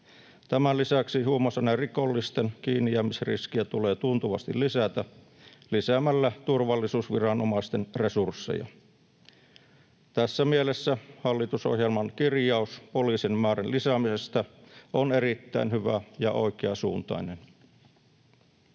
Tämän lisäksi huumausainerikollisten kiinnijäämisriskiä tulee tuntuvasti lisätä lisäämällä turvallisuusviranomaisten resursseja. Tässä mielessä hallitusohjelman kirjaus poliisien määrän lisäämisestä on erittäin hyvä ja oikeansuuntainen.